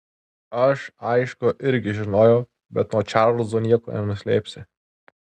aš aišku irgi žinojau bet nuo čarlzo nieko nenuslėpsi